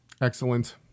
Excellent